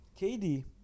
KD